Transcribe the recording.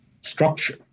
structure